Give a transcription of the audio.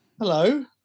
Hello